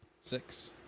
Six